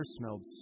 smelled